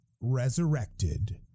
resurrected